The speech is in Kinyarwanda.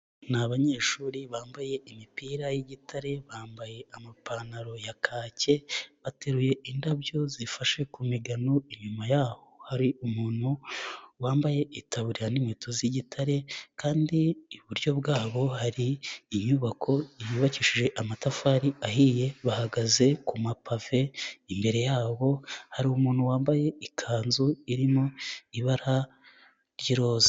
Ni abanyeshuri bambaye imipira y'igitare, bambaye amapantaro ya kake, bateruye indabyo zifashe ku migano, inyuma y'aho hari umuntu wambaye itaburira n'inkweto z'igitare kandi iburyo bwabo hari inyubako yubakishije amatafari ahiye bahagaze ku mapave, imbere yabo hari umuntu wambaye ikanzu irimo ibara ry'iroza.